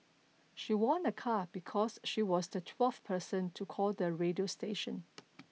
she won a car because she was the twelfth person to call the radio station